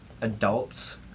adults